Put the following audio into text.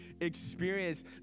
experience